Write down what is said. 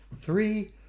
Three